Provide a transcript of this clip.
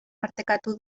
partekatu